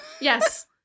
Yes